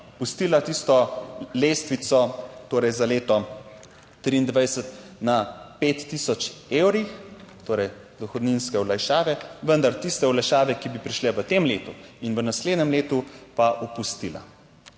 spustila tisto lestvico torej za leto 2023 na 5000 evrih, torej dohodninske olajšave, vendar tiste olajšave, ki bi prišle v tem letu in v naslednjem letu pa opustila.